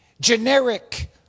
generic